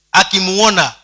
akimuona